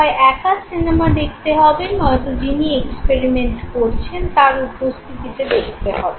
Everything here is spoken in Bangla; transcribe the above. হয় একা সিনেমা দেখতে হবে নয়তো যিনি এক্সপেরিমেন্ট করছেন তার উপস্থিতিতে দেখতে হবে